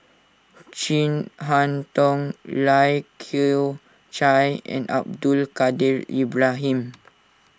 Chin Harn Tong Lai Kew Chai and Abdul Kadir Ibrahim